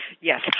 Yes